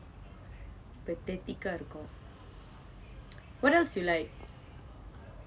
pathetic ah இருக்கும்:irukum what else you like